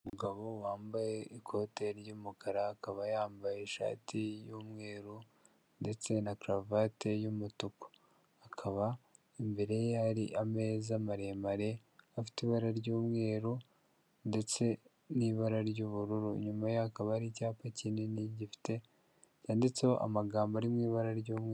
Umugabo wambaye ikote ry'umukara, akaba yambaye ishati y'umweru ndetse na karuvati y'umutuku, akaba imbere hari ameza maremare afite ibara ry'umweru ndetse n'ibara ry'ubururu, inyuma ye hakaba hari icyapa kinini gifite cyanditseho amagambo ari mu ibara ry'umweru.